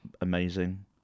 amazing